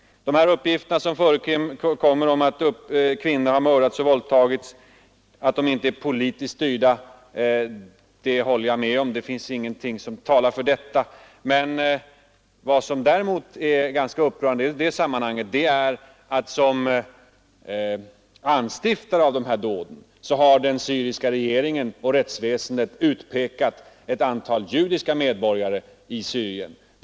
Det har som sagt förekommit uppgifter om kvinnor som våldtagits och mördats, och jag är medveten om att vi inte vet om det varit politiskt styrda dåd. Men vad som är så upprörande i sammanhanget är att den syriska regeringen och det syriska rättsväsendet som anstiftare av dessa dåd har utpekat ett antal judiska medborgare i Syrien.